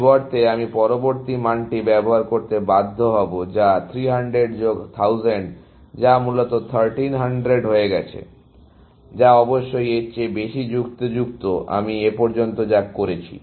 পরিবর্তে আমি পরবর্তী মানটি ব্যবহার করতে বাধ্য হব যা 300 যোগ 1000 যা মূলত 1300 হয়ে গেছে যা অবশ্যই এর চেয়ে বেশি যুক্তিযুক্ত আমি এ পর্যন্ত যা করেছি